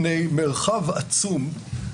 אנחנו רואים כאן באופן לא מקרי,